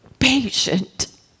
Patient